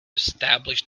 establish